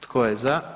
Tko je za?